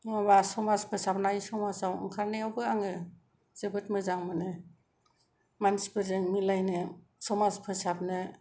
माबा समाज फोसाबनाय समाजाव ओंखारनायावबो आङो जोबोद मोजां मोनो मानसिफोरजों मिलायनो समाज फोसाबनो